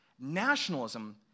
nationalism